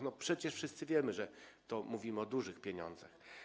No przecież wszyscy wiemy, że mówimy o dużych pieniądzach.